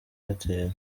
airtel